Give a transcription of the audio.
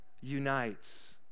unites